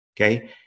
okay